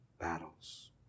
battles